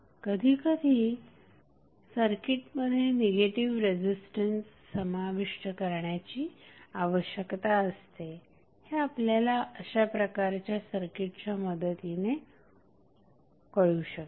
कधीकधी सर्किटमध्ये negative resistance समाविष्ट करण्याची आवश्यकता असते हे आपल्याला अशाप्रकारच्या सर्किटच्या मदतीने होऊ शकेल